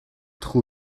дахь